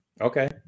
okay